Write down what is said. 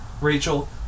Rachel